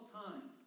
time